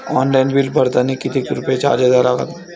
Online bill भरतानी कितीक रुपये चार्ज द्या लागन?